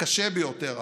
הקשה ביותר,